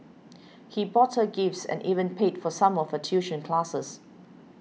he bought her gifts and even paid for some of her tuition classes